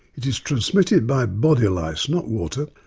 it is transmitted by body lice, not water,